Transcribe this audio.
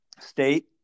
state